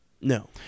No